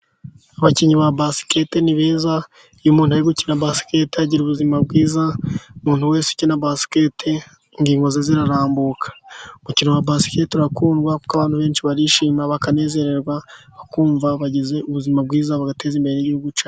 Abakinnyi ba basiketi ni beza, iyo umuntu ari gukina basiketi agira ubuzima bwiza umuntu wese ukina basketi ingingo ze zirarambuka, umukino wa basiketi urakundwa kuko abantu benshi, barishima bakanezererwa bakumva bagize ubuzima bwiza, bagateza imbere igihugu cyacu.